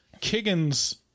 Kiggins